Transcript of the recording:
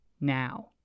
now